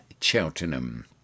Cheltenham